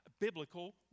biblical